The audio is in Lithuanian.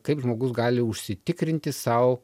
kaip žmogus gali užsitikrinti sau